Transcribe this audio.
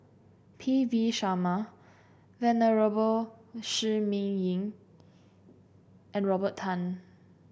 P V Sharma Venerable Shi Ming Yi and Robert Tan